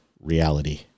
reality